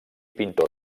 pintor